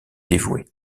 dévoué